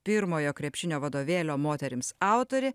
pirmojo krepšinio vadovėlio moterims autorė